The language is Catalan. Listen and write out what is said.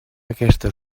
aquesta